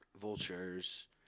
Vultures